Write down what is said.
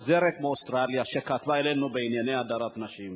חוזרת מאוסטרליה, שכתבה אלינו בענייני הדרת נשים: